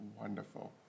Wonderful